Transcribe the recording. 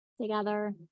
together